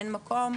אין מקום